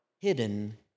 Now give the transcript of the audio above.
hidden